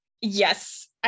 Yes